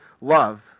love